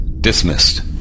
Dismissed